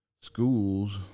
schools